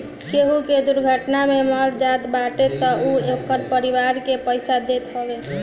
केहू के दुर्घटना में मर जात बाटे तअ इ ओकरी परिवार के पईसा देत हवे